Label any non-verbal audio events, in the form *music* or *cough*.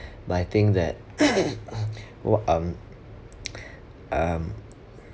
but I think that *noise* wha~ um *noise* um